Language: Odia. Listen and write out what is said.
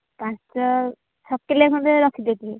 ପାଞ୍ଚ ଛଅ କିଲୋ ଖଣ୍ଡେ ରଖିଦେଇଥିବ